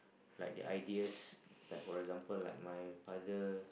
like the ideas like for example like my father